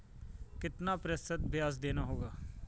कितना प्रतिशत ब्याज देना होगा?